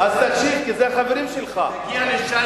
אז תקשיב, כי אלה החברים שלך.